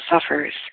suffers